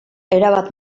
erabat